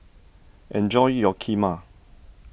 enjoy your Kheema